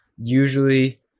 usually